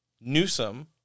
Newsom